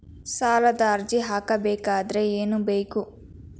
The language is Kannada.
ಸಾಲದ ಅರ್ಜಿ ಹಾಕಬೇಕಾದರೆ ಏನು ಬೇಕು?